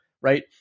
right